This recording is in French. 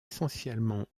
essentiellement